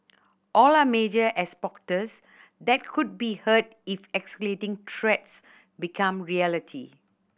all are major exporters that could be hurt if escalating threats become reality